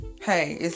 Hey